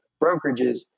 brokerages